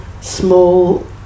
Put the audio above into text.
small